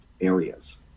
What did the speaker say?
areas